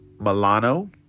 Milano